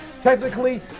Technically